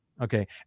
Okay